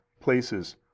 places